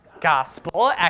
gospel